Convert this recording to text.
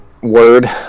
Word